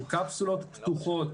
של קפסולות פתוחות,